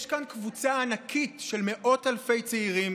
יש כאן קבוצה ענקית של מאות אלפי צעירים,